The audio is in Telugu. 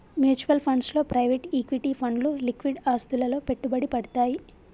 మ్యూచువల్ ఫండ్స్ లో ప్రైవేట్ ఈక్విటీ ఫండ్లు లిక్విడ్ ఆస్తులలో పెట్టుబడి పెడ్తయ్